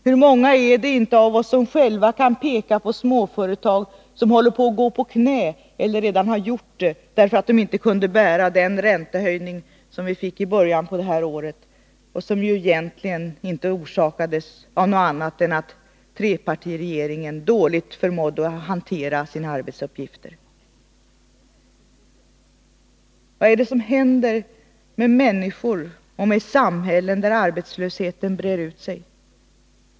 Hur många är det inte av oss själva som kan peka på småföretag som håller på att gå på knä-— eller som redan har gjort det därför att de inte kunde bära den räntehöjning som kom i början på det här året och som egentligen inte orsakades av någonting annat än av att trepartiregeringen dåligt förmådde hantera sina arbetsuppgifter! Vad är det som händer med människor och samhällen där arbetslösheten breder ut sig?